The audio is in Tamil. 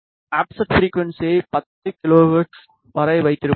ஆஃப்செட் ஃபிரிக்குவன்ஸியை 10 கிலோஹெர்ட்ஸ் வரை வைத்திருப்போம்